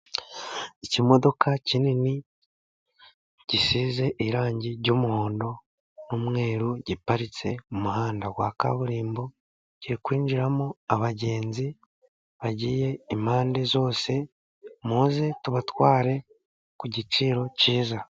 Ikimodoka kinini gisize irangi ry'umuhondo n'umweru, giparitse ku muhanda wa kaburimbo, kigiye kwinjiramo abagenzi bagiye impande zose, muze tubatware ku giciro kiza.